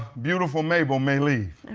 beautiful mabel may leave.